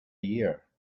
year